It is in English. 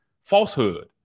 falsehood